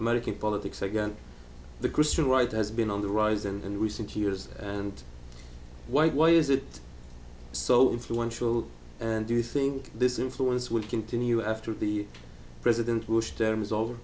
american politics again the christian right has been on the rise and in recent years and why is it so influential and do you think this influence would continue after the president is over